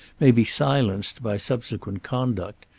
may be silenced by subsequent conduct.